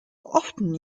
often